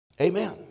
Amen